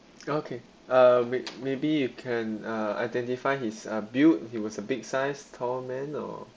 okay uh maybe you can uh identify his uh built he was a big size tall man or